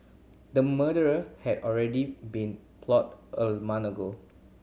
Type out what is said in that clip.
the murder had already been plotted a month ago